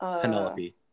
Penelope